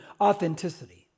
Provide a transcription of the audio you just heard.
Authenticity